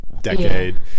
decade